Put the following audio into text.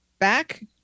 Back